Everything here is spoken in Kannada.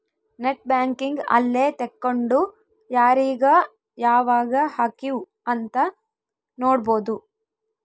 ನೆಟ್ ಬ್ಯಾಂಕಿಂಗ್ ಅಲ್ಲೆ ತೆಕ್ಕೊಂಡು ಯಾರೀಗ ಯಾವಾಗ ಹಕಿವ್ ಅಂತ ನೋಡ್ಬೊದು